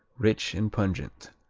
rich and pungent.